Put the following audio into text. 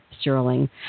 Sterling